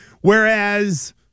Whereas